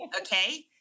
Okay